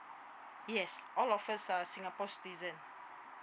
yes all of us are singapore citizen